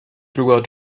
throughout